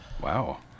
Wow